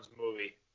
movie